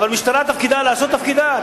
אבל המשטרה, תפקידה לעשות את תפקידה.